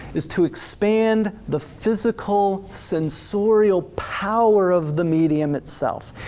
is to expand the physical, sensorial power of the medium itself.